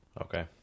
Okay